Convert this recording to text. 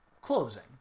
closing